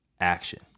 action